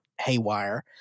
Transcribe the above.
haywire